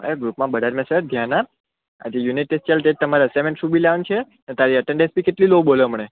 હા તો ગ્રુપમાં બધા જ મેસેજ ધ્યાન આપ આ જે યુનિટ ટેસ્ટ ચાલતા એ જ તો તમારે અસાઈનમેન્ટ શું બી લાવવાનું છે અને તારી એટેન્ડન્સ બી કેટલી લો બોલે હમણે